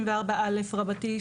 34 א' רבתי,